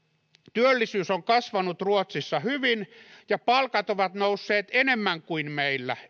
työllisyys on kasvanut ruotsissa hyvin ja palkat ovat nousseet enemmän kuin meillä